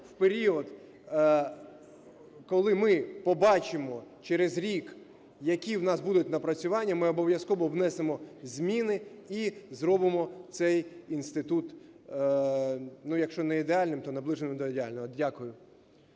в період, коли ми побачимо через рік, які в нас будуть напрацювання, ми обов'язково внесемо зміни і зробимо цей інститут, ну якщо не ідеальним, то наближеним до ідеального. Дякую.